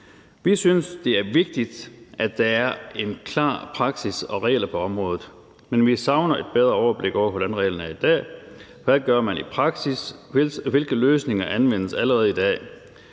Vi synes, det er vigtigt, at der er en klar praksis og klare regler på området, men vi savner et bedre overblik over, hvordan reglerne er i dag. Hvad gør man i praksis, hvilke løsninger anvendes allerede i dag,